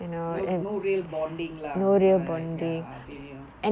no no real bonding lah alright ya தெரியும்:theriyum